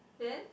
then